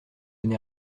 n’ai